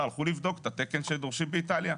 הלכו לבדוק את התקן שדורשים באיטליה.